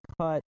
cut